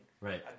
Right